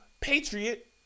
Patriot